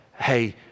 hey